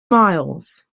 miles